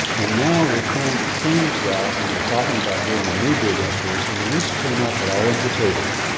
and now we're trying to change that and we're talking about doing a new dig up there. so maurice came up at our invitation,